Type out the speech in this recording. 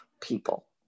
people